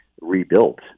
rebuilt